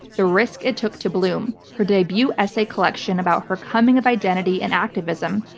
the risk it took to bloom, her debut essay collection about her coming of identity and activism,